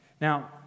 Now